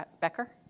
Becker